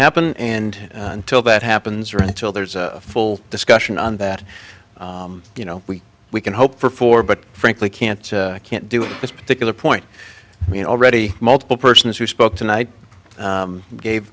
happen and until that happens or until there's a full discussion on that you know we we can hope for four but frankly can't can't do this particular point in already multiple persons who spoke tonight gave